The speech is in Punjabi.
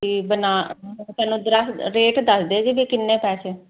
ਤੇ ਬਣਾ ਪਹਿਲਾਂ ਰੇਟ ਦੱਸ ਦਿਓ ਜੀ ਕਿੰਨੇ ਪੈਸੇ